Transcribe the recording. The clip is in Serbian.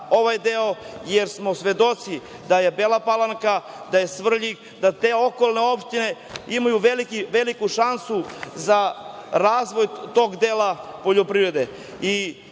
ovaj deo, jer smo svedoci da je Bela Palanka, da je Svrljig, da te okolne opštine imaju veliku šansu za razvoj tog dela poljoprivrede.